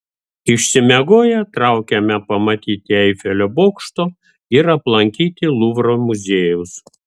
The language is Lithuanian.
išsimiegoję traukėme pamatyti eifelio bokšto ir aplankyti luvro muziejaus